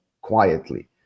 quietly